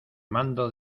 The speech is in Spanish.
mando